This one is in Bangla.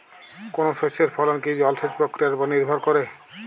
কোনো শস্যের ফলন কি জলসেচ প্রক্রিয়ার ওপর নির্ভর করে?